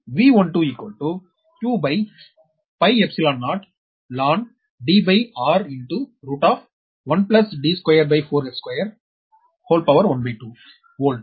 V12q0ln Dr1 D24h212 volt